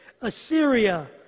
Assyria